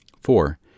four